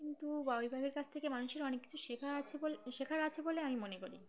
কিন্তু বাবুই পাখির কাছ থেকে মানুষের অনেক কিছু শেখার আছে বলে শেখার আছে বলে আমি মনে করি